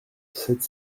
sept